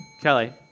Kelly